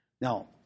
Now